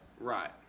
right